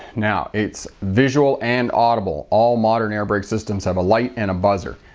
now its visual and audible. all modern air brake systems have a light and a buzzer.